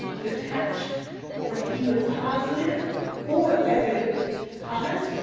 detached from either positive or negative comments,